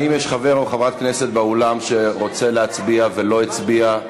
האם יש חבר כנסת או חברת כנסת באולם שרוצה להצביע ולא הצביע?